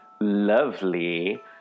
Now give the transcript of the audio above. lovely